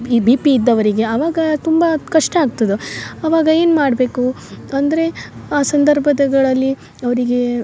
ಈ B P ಇದ್ದವರಿಗೆ ಆವಾಗ ತುಂಬಾ ಕಷ್ಟ ಆಗ್ತದ ಆವಾಗ ಏನು ಮಾಡಬೇಕು ಅಂದರೆ ಆ ಸಂದರ್ಭಗಳಲ್ಲಿ ಅವ್ರಿಗೆ